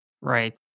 Right